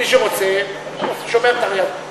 מי שרוצה שומר תרי"ג,